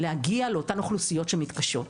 להגיע לאותן אוכלוסיות שמתקשות.